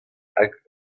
hag